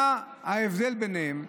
מה ההבדל ביניהם?